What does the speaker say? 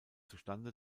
zustande